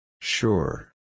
Sure